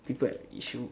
people have issue